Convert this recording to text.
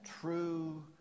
true